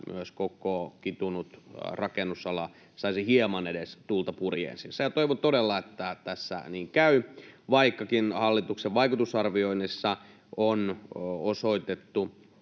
myös koko kitunut rakennusala saisi edes hieman tuulta purjeisiinsa. Ja toivon todella, että tässä niin käy, vaikkakin hallituksen vaikutusarvioinnissa on osoitettu,